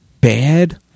bad